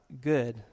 good